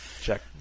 Check